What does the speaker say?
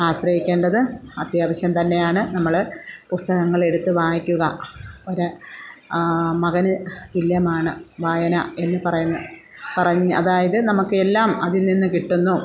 ആശ്രയിക്കേണ്ടത് അത്യാവശ്യം തന്നെയാണ് നമ്മൾ പുസ്തകങ്ങളെടുത്ത് വായിക്കുക ഒരു മകന് തുല്യമാണ് വായന എന്ന് പറയുന്ന പറഞ്ഞ് അതായത് നമുക്ക് എല്ലാം അതിൽ നിന്ന് കിട്ടുന്നു